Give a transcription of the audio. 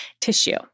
tissue